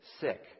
sick